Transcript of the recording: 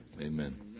Amen